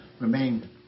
remain